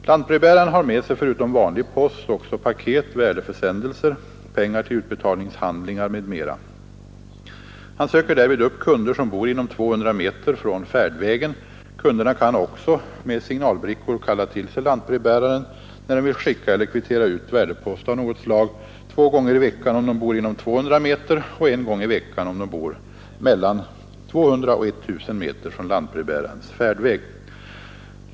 Lantbrevbäraren har med sig — förutom vanlig post — också paket, värdeförsändelser, pengar till utbetalningshandlingar m.m. Han söker därvid upp kunder som bor inom 200 meter från färdvägen. Kunderna kan också med signalbrickor kalla till sig lantbrevbäraren, när de vill skicka eller kvittera ut värdepost av något slag — två gånger i veckan om de bor inom 200 meter och en gång i veckan om de bor mellan 200 och 1000 meter från lantbrevbärarens färdväg.